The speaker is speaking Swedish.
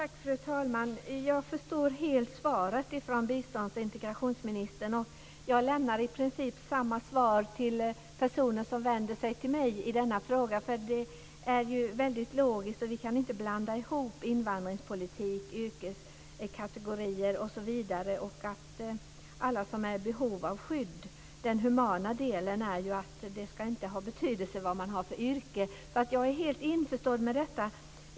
Fru talman! Jag förstår helt svaret från biståndsoch integrationsministern. Jag lämnar i princip samma svar till personer som vänder sig till mig i denna fråga. Det är väldigt logiskt. Vi kan inte blanda ihop invandringspolitik, yrkeskategorier osv. Vad gäller alla som är i behov av skydd är det humana att det inte ska ha betydelse vad man har för yrke. Jag är helt införstådd med detta.